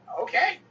okay